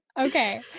Okay